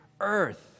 earth